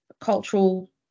cultural